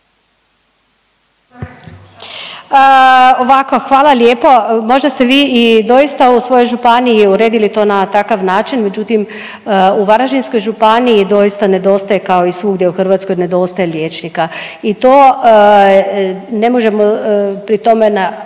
Ovako hvala lijepo. Možda ste vi i doista u svojoj županiji uredili to na takav način, međutim u Varaždinskoj županiji doista nedostaje kao i svugdje u Hrvatskoj nedostaje liječnika i to ne možemo pri tome ne